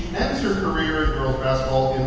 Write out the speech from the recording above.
ends her career in girls basketball